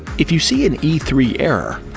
if you see an e three error,